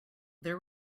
there